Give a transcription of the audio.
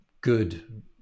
good